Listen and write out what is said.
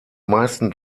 meisten